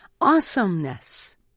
Awesomeness